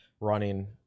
running